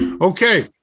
okay